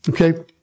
Okay